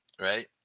right